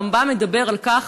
הרמב"ם מדבר על כך